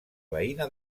veïna